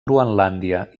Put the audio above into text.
groenlàndia